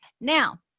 Now